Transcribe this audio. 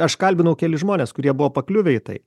aš kalbinau kelis žmonės kurie buvo pakliuvę į tai